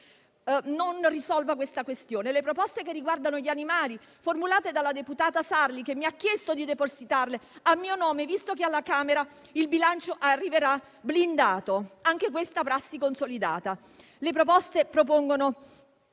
non risolva tale questione? Vi sono inoltre le proposte che riguardano gli animali, formulate dalla deputata Sarli, che mi ha chiesto di depositarle a mio nome, visto che alla Camera il bilancio arriverà blindato (anche questa è prassi consolidata). Tali proposte prevedono